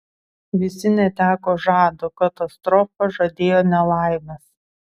visi neteko žado katastrofa žadėjo nelaimes